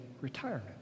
retirement